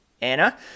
Anna